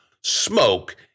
smoke